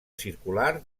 circular